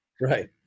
Right